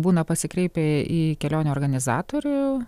būna pasikreipę į kelionių organizatorių